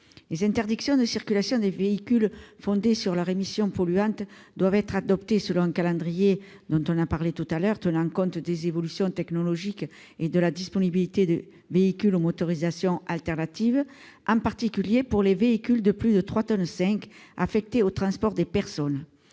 Les interdictions de circulation des véhicules fondées sur leurs émissions polluantes doivent être adoptées selon un calendrier tenant compte des évolutions technologiques et de la disponibilité de véhicules aux motorisations alternatives, en particulier pour les véhicules de plus de 3,5 tonnes affectés au transport des personnes.